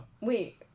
Wait